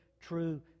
true